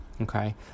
Okay